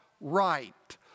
right